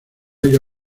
ello